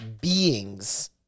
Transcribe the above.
beings